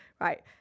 Right